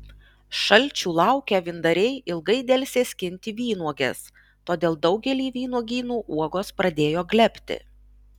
šalčių laukę vyndariai ilgai delsė skinti vynuoges todėl daugelyje vynuogynų uogos pradėjo glebti